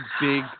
big